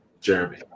Jeremy